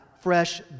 fresh